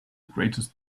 greatest